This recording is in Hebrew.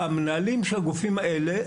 המנהלים של הגופים האלה,